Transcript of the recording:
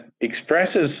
expresses